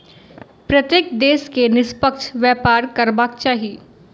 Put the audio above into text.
प्रत्येक देश के निष्पक्ष व्यापार करबाक चाही